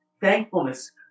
thankfulness